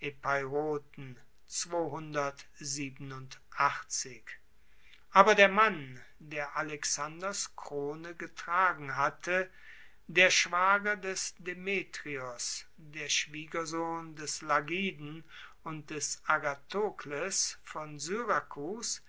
epeiroten aber der mann der alexanders krone getragen hatte der schwager des demetrios der schwiegersohn des lagiden und des agathokles von syrakus